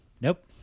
Nope